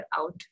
out